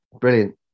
brilliant